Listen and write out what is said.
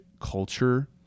culture